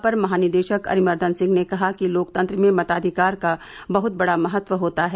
अपर महानिदेशक अरिमर्दन सिंह ने कहा कि लोकतंत्र में मताधिकार का बहुत बड़ा महत्व होता है